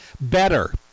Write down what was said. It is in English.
better